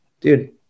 dude